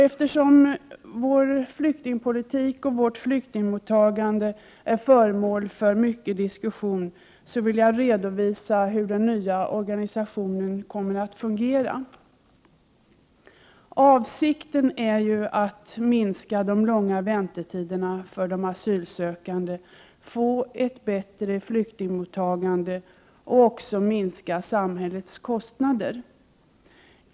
Eftersom flyktingpolitiken och flyktingmottagandet är föremål för mycken diskussion vill jag redovisa hur den nya organisationen kommer att fungera. Avsikten är att minska de långa väntetiderna för de asylsökande, att få till stånd ett bättre flyktingmottagande och att minska samhällets kostnader.